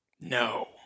No